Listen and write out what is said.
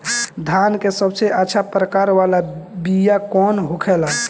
धान के सबसे अच्छा प्रकार वाला बीया कौन होखेला?